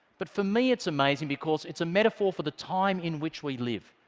but for me it's amazing because it's a metaphor for the time in which we live,